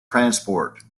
transport